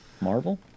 Marvel